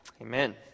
Amen